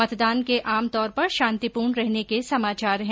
मतदान के आमतौर पर शांतिपूर्ण रहने के समाचार हैं